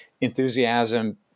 enthusiasm